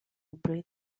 breed